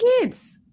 kids